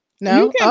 No